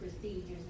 procedures